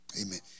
Amen